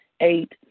Eight